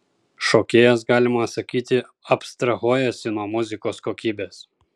šokėjas galima sakyti abstrahuojasi nuo muzikos kokybės